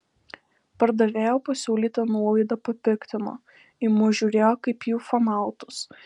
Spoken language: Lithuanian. pardavėjo pasiūlyta nuolaida papiktino į mus žiūrėjo kaip į ufonautus